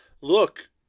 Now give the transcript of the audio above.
Look